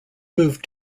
moved